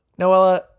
Noella